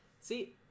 See